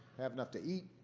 have enough to eat,